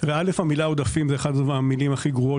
המילה עודפים היא אחת המילים הכי גרועות